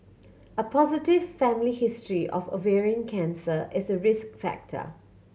a positive family history of ovarian cancer is a risk factor